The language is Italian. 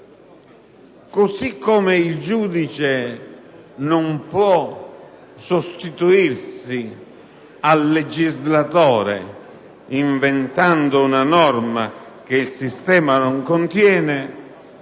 così come il giudice non può sostituirsi al legislatore inventando una norma che il sistema non contiene,